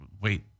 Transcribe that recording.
wait